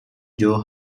joe